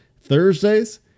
Thursdays